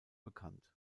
bekannt